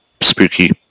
spooky